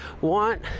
want